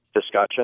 discussion